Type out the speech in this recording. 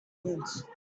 minutes